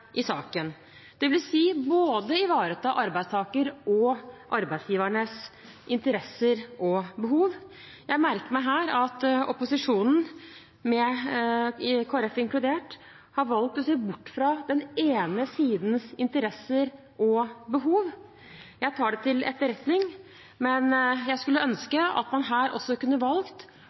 ivareta både arbeidstakernes og arbeidsgivernes interesser og behov. Jeg merker meg her at opposisjonen, Kristelig Folkeparti inkludert, har valgt å se bort den ene sidens interesser og behov. Jeg tar det til etterretning, men jeg skulle ønske at man her også kunne valgt